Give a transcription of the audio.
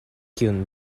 kiun